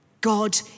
God